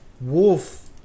wolf